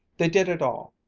they did it all,